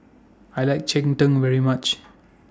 I like Cheng Tng very much